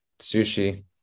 Sushi